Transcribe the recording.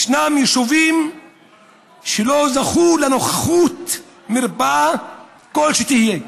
יש יישובים שלא זכו לנוכחות מרפאה כלשהי.